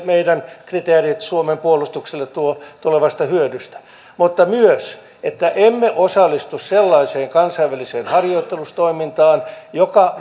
meidän kriteerimme suomen puolustukselle tulevasta hyödystä mutta myös että emme osallistu sellaiseen kansainväliseen harjoitustoimintaan joka